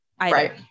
Right